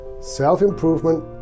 self-improvement